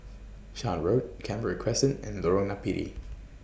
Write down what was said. Shan Road Canberra Crescent and Lorong Napiri